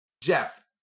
Jeff